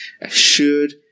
assured